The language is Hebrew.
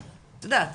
את יודעת,